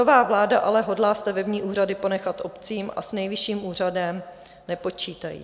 Nová vláda ale hodlá stavební úřady ponechat obcím a s Nejvyšším úřadem nepočítají.